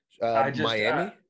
Miami